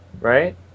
right